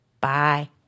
bye